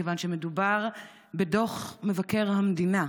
מכיוון שמדובר בדוח מבקר המדינה,